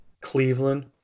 Cleveland